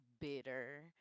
bitter